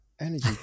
energy